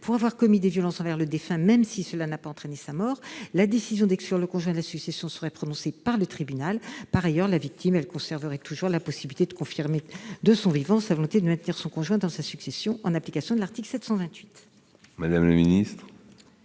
pour avoir commis des violences envers le défunt, même si cela n'a pas entraîné la mort de ce dernier. La décision d'exclure le conjoint de la succession serait prononcée par le tribunal. Par ailleurs, la victime conserverait la possibilité de confirmer, de son vivant, sa volonté de maintenir son conjoint dans sa succession, en application de l'article 728 du code civil.